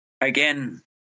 again